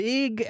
Big